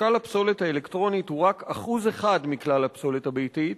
משקל הפסולת האלקטרונית הוא רק 1% מכלל הפסולת הביתית,